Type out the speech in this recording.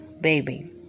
Baby